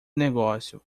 negócio